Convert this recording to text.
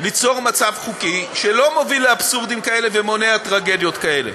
ליצור מצב חוקי שלא מוביל לאבסורדים כאלה ומונע טרגדיות כאלה.